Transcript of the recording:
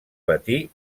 patir